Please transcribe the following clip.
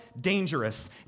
dangerous